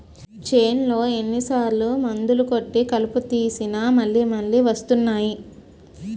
చేన్లో ఎన్ని సార్లు మందులు కొట్టి కలుపు తీసినా మళ్ళి మళ్ళి వస్తున్నాయి